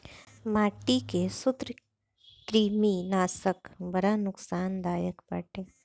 माटी के सूत्रकृमिनाशक बड़ा नुकसानदायक बाटे